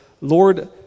Lord